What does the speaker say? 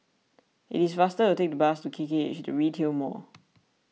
it is faster to take the bus to K K H the Retail Mall